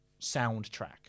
soundtrack